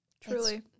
Truly